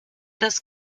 das